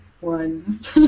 ones